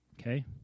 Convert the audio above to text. okay